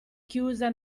chiusa